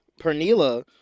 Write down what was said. Pernila